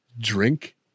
drink